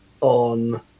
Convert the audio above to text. on